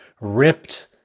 ripped